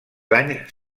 anys